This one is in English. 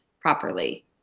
properly